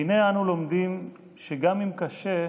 והינה, אנו לומדים שגם אם קשה,